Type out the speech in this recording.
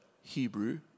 Hebrew